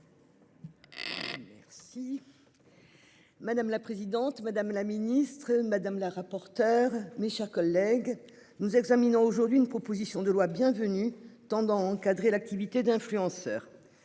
Madame la présidente, madame la ministre madame la rapporteure, mes chers collègues, nous examinons aujourd'hui une proposition de loi bien venues tendant à encadrer l'activité d'influenceurs.